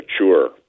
mature